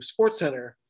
SportsCenter